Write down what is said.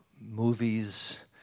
movies